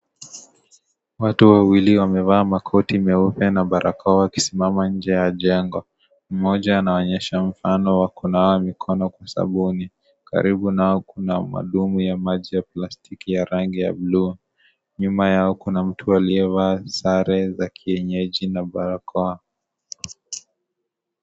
Watu wawili wamevaa makoti meupe na barakoa wakisimama nje ya jengo. Mmoja anaonyesha mfano wa kunawa mikono kwa sabuni. Karibu nao kuna mandoo ya maji ya plastiki ya rangi ya buluu. Nyuma yao, kuna mtu aliyevaa sare za kienyeji na barakoa.